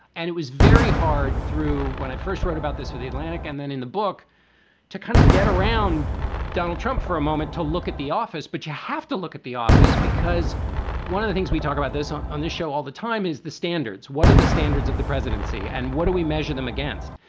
and it was very hard through when i first wrote about this for the atlantic and then in the book to kind of get around donald trump for a moment to look at the office. but you have to look at the office, because one of the things we talked about this on on this show all the time is the standards. what are the standards of the presidency and what do we measure them against?